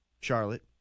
Charlotte